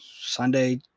Sunday